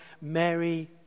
Mary